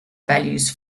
values